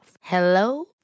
Hello